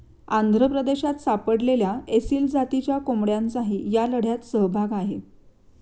आंध्र प्रदेशात सापडलेल्या एसील जातीच्या कोंबड्यांचाही या लढ्यात सहभाग आहे